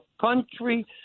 country